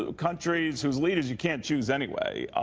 ah countries whose leaders you can't choose anyway,